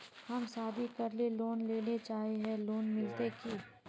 हम शादी करले लोन लेले चाहे है लोन मिलते की?